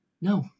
No